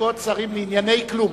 לשכות שרים לענייני כלום.